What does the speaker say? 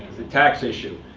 a tax issue.